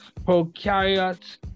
prokaryotes